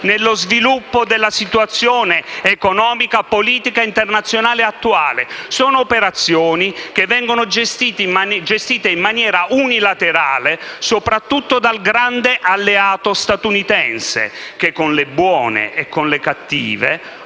nello sviluppo della situazione economica e politica internazionale attuale. Esse vengono gestite in maniera unilaterale soprattutto dal grande alleato statunitense che, con le buone o con le cattive